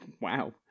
wow